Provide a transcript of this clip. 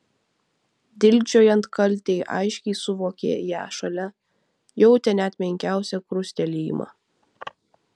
dilgčiojant kaltei aiškiai suvokė ją šalia jautė net menkiausią krustelėjimą